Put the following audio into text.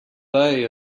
bay